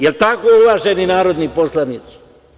Jel tako, poštovani narodni poslanici?